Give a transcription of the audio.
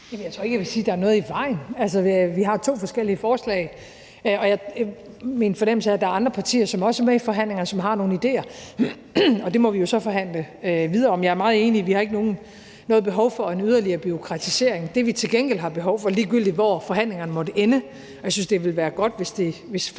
Jeg tror ikke, jeg vil sige, der er noget i vejen. Altså, vi har to forskellige forslag, og min fornemmelse er, at der er andre partier, som også er med i forhandlingerne, og som har nogle idéer, og det må vi jo så forhandle videre om. Jeg er meget enig i, at vi ikke har noget behov for en yderligere bureaukratisering. Det, vi til gengæld har behov for, ligegyldigt hvor forhandlingerne måtte ende – og jeg synes, det vil være godt, hvis flere